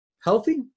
healthy